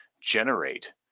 generate